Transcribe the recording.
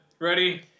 Ready